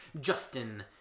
Justin